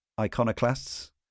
iconoclasts